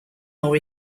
more